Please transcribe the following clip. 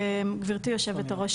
גברתי היושבת-ראש,